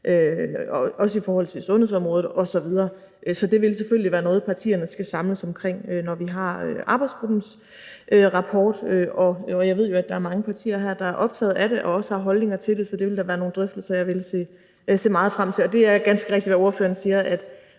også i forhold til sundhedsområdet osv., så det ville selvfølgelig være noget, partierne skal samles omkring, når vi har arbejdsgruppens rapport. Jeg ved jo, at der er mange partier her, der er optaget af det og også har holdninger til det, så det ville da være nogle drøftelser, jeg ville se meget frem til. Det er ganske rigtigt, hvad ordføreren siger, og